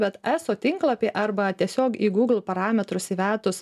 bet eso tinklapy arba tiesiog į google parametrus įvedus